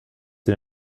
den